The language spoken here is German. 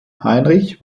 heinrich